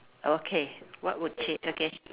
okay what would change okay